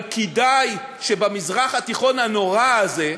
אבל כדאי שבמזרח התיכון הנורא הזה,